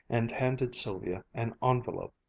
and handed sylvia an envelope.